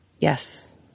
Yes